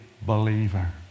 believer